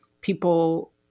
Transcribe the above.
people